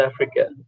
africa